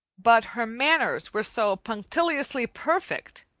but her manners were so punctiliously perfect,